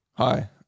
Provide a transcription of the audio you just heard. Hi